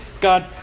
God